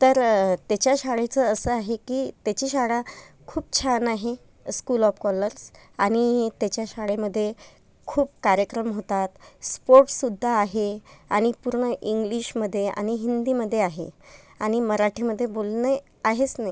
तर त्याच्या शाळेचं असं आहे की त्याची शाळा खूप छान आहे स्कूल ऑफ कॉलर्स आणि त्याच्या शाळेमध्ये खूप कार्यक्रम होतात स्पोर्टसुद्धा आहे आणि पूर्ण इंग्लिशमध्ये आणि हिंदीमध्ये आहे आणि मराठीमध्ये बोलणे आहेच नाही